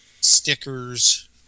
stickers